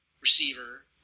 receiver